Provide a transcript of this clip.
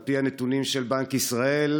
על פי הנתונים של בנק ישראל,